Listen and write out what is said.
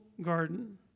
garden